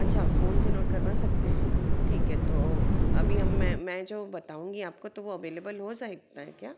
अच्छा फोन से नोट करवा सकते हैं ठीक है तो अभी हम मैं मैं जो बताऊँगी आपको तो वो अवेलेबल हो सकता है क्या